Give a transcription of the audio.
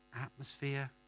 atmosphere